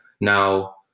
Now